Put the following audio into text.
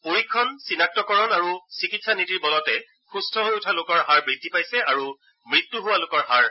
পৰীক্ষণ চিনাক্তকৰণ আৰু চিকিৎসা নীতিৰ বলতে সুস্থ হৈ উঠা লোকৰ হাৰ বৃদ্ধি পাইছে আৰু মৃত্যু হোৱা লোকৰ হাৰ হাস পাইছে